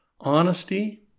honesty